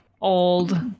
old